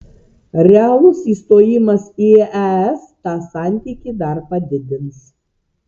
realus įstojimas į es tą santykį dar padidins